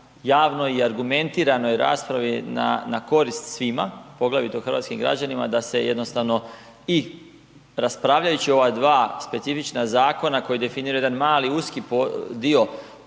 javnoj i argumentiranoj raspravi na korist svima, poglavito hrvatskim građanima da se jednostavno i raspravljajući o ova dva specifična zakona koja definiraju jedan uski dio